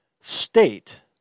state